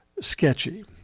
sketchy